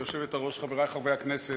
גברתי היושבת-ראש, חברי חברי הכנסת,